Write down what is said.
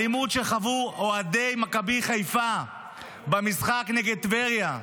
האלימות שחוו אוהדי מכבי חיפה במשחק נגד טבריה,